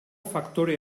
faktore